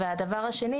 שנית,